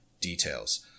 details